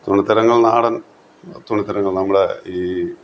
തുണിത്തരങ്ങൾ നാടൻ തുണിത്തരങ്ങൾ നമ്മുടെ ഈ